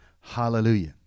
Hallelujah